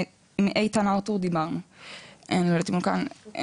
עם איתן ארתור אני לא יודעת אם הוא כאן,